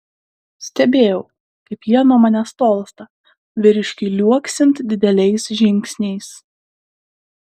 stebėjau kaip jie nuo manęs tolsta vyriškiui liuoksint dideliais žingsniais